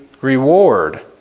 reward